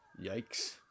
Yikes